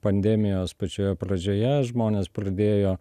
pandemijos pačioje pradžioje žmonės pradėjo